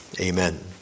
amen